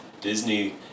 Disney